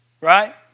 right